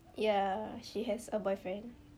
ya she has a boyfriend